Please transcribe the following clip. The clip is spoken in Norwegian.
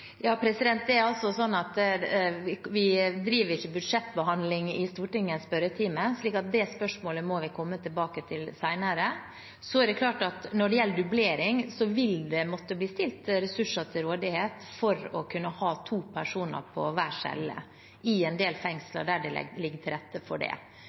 Vi driver ikke budsjettbehandling i Stortingets spørretime. Det spørsmålet må vi komme tilbake til senere. Når det gjelder dublering, vil det måtte bli stilt ressurser til rådighet for å kunne ha to personer på hver celle i en del fengsler der det ligger til rette for det.